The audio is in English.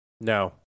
No